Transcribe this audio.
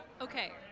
Okay